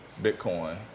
bitcoin